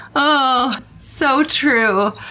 ah so true.